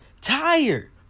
tired